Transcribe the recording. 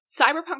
Cyberpunk